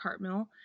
Cartmill